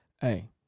Hey